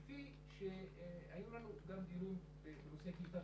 כפי שהיו לנו גם דיונים בנושא קליטת